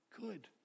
Good